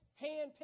handpicked